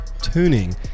tuning